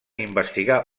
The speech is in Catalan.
investigar